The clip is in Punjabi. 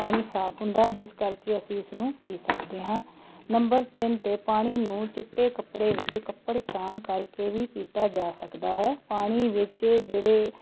ਪਾਣੀ ਸਾਫ ਹੁੰਦਾ ਜਿਸ ਕਰਕੇ ਅਸੀਂ ਇਸਨੂੰ ਪੀ ਸਕਦੇ ਹਾਂ ਨੰਬਰ ਤਿੰਨ 'ਤੇ ਪਾਣੀ ਨੂੰ ਚਿੱਟੇ ਕੱਪੜੇ ਵਿੱਚ ਕੱਪੜ ਛਾਣ ਕਰਕੇ ਵੀ ਪੀਤਾ ਜਾ ਸਕਦਾ ਹੈ ਪਾਣੀ ਵਿੱਚ ਜਿਹੜੇ